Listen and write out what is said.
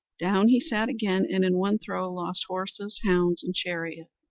down he sat again, and in one throw lost horses, hounds, and chariot.